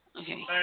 Okay